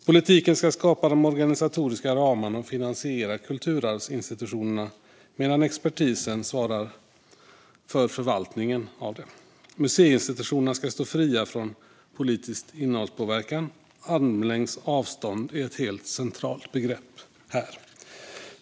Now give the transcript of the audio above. Politiken ska skapa de organisatoriska ramarna och finansiera kulturarvsinstitutionerna, medan expertisen svarar för förvaltningen av kulturarvet. Museiinstitutionerna ska stå fria från politisk innehållspåverkan. Armlängds avstånd är ett helt centralt begrepp här.